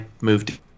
moved